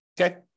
Okay